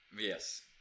Yes